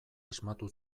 asmatu